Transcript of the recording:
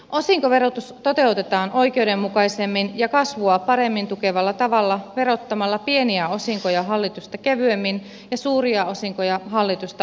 osinkoverotus toteutetaan oikeudenmukaisemmin ja kasvua paremmin tukevalla tavalla verottamalla pieniä osinkoja hallitusta kevyemmin ja suuria osinkoja hallitusta ankarammin